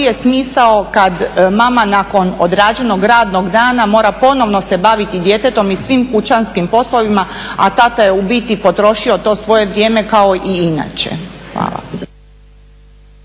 je smisao kad mama nakon određenog radnog dana mora ponovno se baviti djetetom i svim kućanskim poslovima, a tata je u biti potrošio to svoje vrijeme kao i inače?